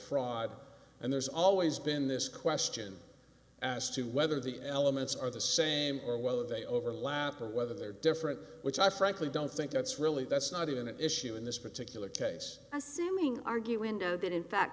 fraud and there's always been this question as to whether the elements are the same or whether they overlap or whether they're different which i frankly don't think that's really that's not even an issue in this particular case assuming argue window that in fact